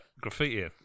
graffiti